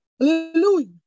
Hallelujah